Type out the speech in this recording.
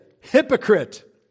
hypocrite